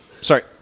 Sorry